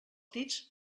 dits